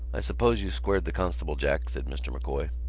i suppose you squared the constable, jack, said mr. m'coy.